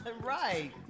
Right